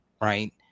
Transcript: right